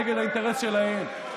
נגד האינטרס שלהם.